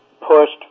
pushed